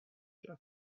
کرد